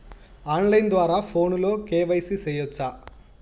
on line ద్వారా ఫోనులో KYC సేయొచ్చా